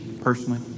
personally